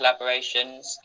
collaborations